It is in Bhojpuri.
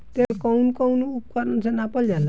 तेल कउन कउन उपकरण से नापल जाला?